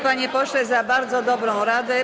panie pośle, za bardzo dobrą radę.